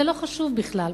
זה לא חשוב בכלל.